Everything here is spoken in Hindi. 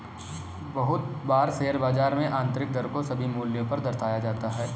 बहुत बार शेयर बाजार में आन्तरिक दर को सभी मूल्यों पर दर्शाया जाता है